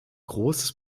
großes